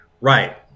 right